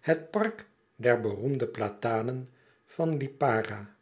het park der beroemde platanen van lipara